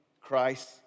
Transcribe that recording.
Christ